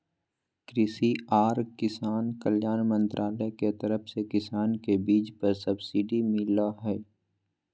कृषि आर किसान कल्याण मंत्रालय के तरफ से किसान के बीज पर सब्सिडी मिल लय हें